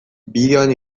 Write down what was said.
bideoan